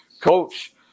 Coach